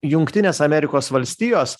jungtinės amerikos valstijos